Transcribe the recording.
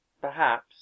Perhaps